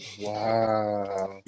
Wow